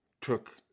took